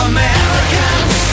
Americans